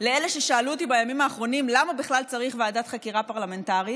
לאלה ששאלו אותי בימים האחרונים: למה בכלל צריך ועדת חקירה פרלמנטרית?